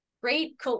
great